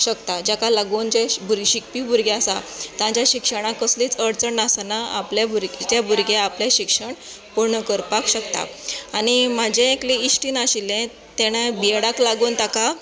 शकता जेका लागून जे शिकपी भुरगे आसा ताका लागून मार्क्स तांकां शिक्षणाक कसलीच अडचण नासतना आपले भुरगे जे भुरगे आपलें शिक्षण पूर्ण करपाक शकता आनी म्हजें एकली इश्टीण आशिल्लें ताणे बी एडाक लागून ताका